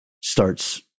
starts